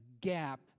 gap